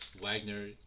wagner